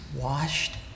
washed